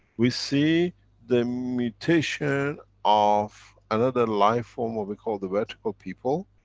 we see the mutation of another life form, what we call the vertical people,